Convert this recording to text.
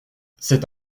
c’est